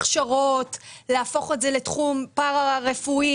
הכשרות; להפוך את זה לתחום פארא-רפואי,